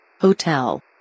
Hotel